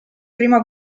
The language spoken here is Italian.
prima